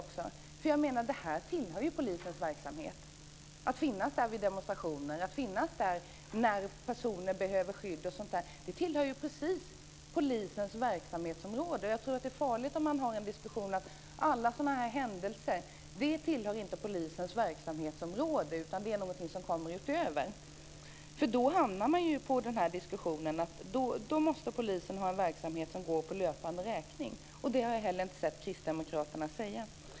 Dessa händelser tillhör polisens verksamhet, dvs. att finnas där vid demonstrationer, att finnas där när personer behöver skydd. Det tillhör precis polisens verksamhetsområde. Det är farligt att i en diskussion hävda att dessa händelser inte tillhör polisens verksamhetsområde utan är något som tillkommer utöver. Det innebär att polisen måste ha en verksamhet som går på löpande räkning. Det har jag inte heller sett kristdemokraterna säga.